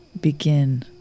begin